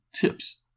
tips